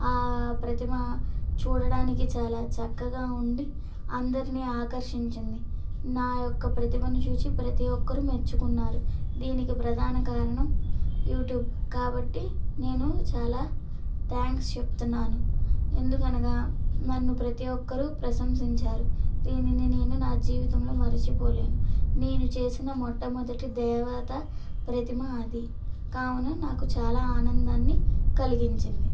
ఆ ప్రతిమ చూడడానికి చాలా చక్కగా ఉండి అందరిని ఆకర్షించింది నా యొక్క ప్రతిభను చూసి ప్రతి ఒక్కరు మెచ్చుకున్నారు దీనికి ప్రధాన కారణం యూట్యూబ్ కాబట్టి నేను చాలా థ్యాంక్స్ చెప్తున్నాను ఎందుకనగా నన్ను ప్రతి ఒక్కరు ప్రశంసించారు దీనిని నేను నా జీవితంలో మరిచిపోలేను నేను చేసిన మొట్టమొదటి దేవత ప్రతిమ అది కావున నాకు చాలా ఆనందాన్ని కలిగించింది